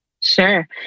sure